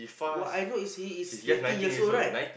what I know is he is twenty years old right